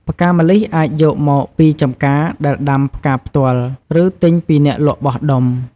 ផ្កាម្លិះអាចយកមកពីចម្ការដែលដាំផ្កាផ្ទាល់ ឬទិញពីអ្នកលក់បោះដុំ។